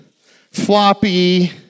Floppy